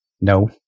No